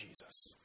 Jesus